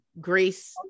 grace